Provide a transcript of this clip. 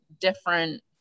different